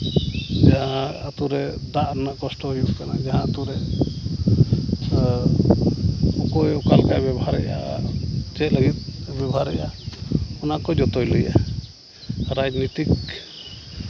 ᱡᱟᱦᱟᱸ ᱟᱛᱳ ᱨᱮ ᱫᱟᱜ ᱨᱮᱭᱟᱜ ᱠᱚᱥᱴᱚ ᱦᱩᱭᱩᱜ ᱠᱟᱱᱟ ᱡᱟᱦᱟᱸ ᱟᱛᱳ ᱨᱮ ᱚᱠᱚᱭ ᱚᱠᱟ ᱞᱮᱠᱟᱭ ᱵᱮᱵᱷᱟᱨᱮᱜᱼᱟ ᱪᱮᱫ ᱞᱟᱹᱜᱤᱫ ᱵᱮᱵᱷᱟᱨᱮᱜᱼᱟ ᱚᱱᱟ ᱠᱚ ᱡᱚᱛᱚᱭ ᱞᱟᱹᱭᱟ ᱨᱟᱡᱽᱱᱤᱛᱤᱠ